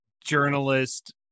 journalist